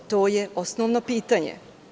To je osnovno pitanje.